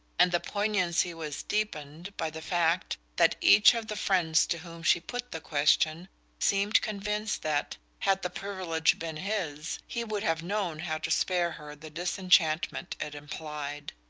and the poignancy was deepened by the fact that each of the friends to whom she put the question seemed convinced that had the privilege been his he would have known how to spare her the disenchantment it implied.